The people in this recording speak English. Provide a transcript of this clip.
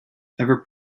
ever